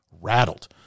rattled